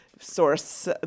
source